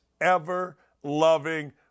ever-loving